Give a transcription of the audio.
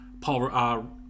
Paul